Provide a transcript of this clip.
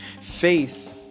Faith